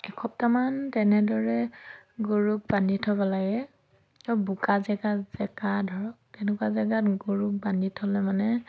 এসপ্তাহমান তেনেদৰে গৰুক বান্ধি থ'ব লাগে বোকা জেগা জেকা ধৰক তেনেকুৱা জেগাত গৰুক বান্ধি থ'লে মানে